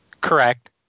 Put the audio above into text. Correct